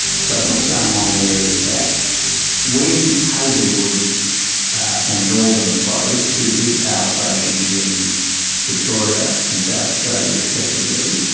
so what's going on there is that when hazelwood and northern closed, two big power stations in victoria and south australia respectively,